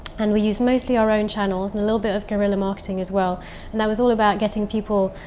and we used mostly our own channels and a little bit of guerrilla marketing as well. and that was all about getting people.